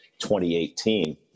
2018